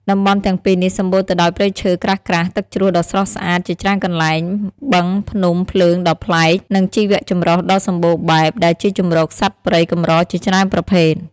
តំបន់ទាំងពីរនេះសម្បូរទៅដោយព្រៃឈើក្រាស់ៗ ទឹកជ្រោះដ៏ស្រស់ស្អាតជាច្រើនកន្លែង បឹងភ្នំភ្លើងដ៏ប្លែក និងជីវចម្រុះដ៏សម្បូរបែប ដែលជាជម្រកសត្វព្រៃកម្រជាច្រើនប្រភេទ។